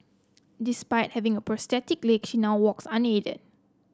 despite having a prosthetic she now walks unaided